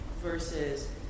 versus